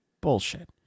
bullshit